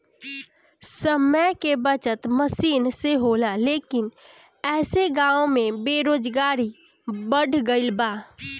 समय के बचत मसीन से होला लेकिन ऐसे गाँव में बेरोजगारी बढ़ गइल बा